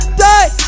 die